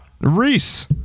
Reese